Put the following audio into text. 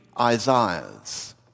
Isaiahs